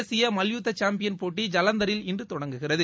தேசிய மல்யுத்த சாம்பியன் போட்டி ஜலந்தரில் இன்று தொடங்குகிறது